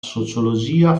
sociologia